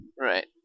Right